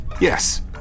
Yes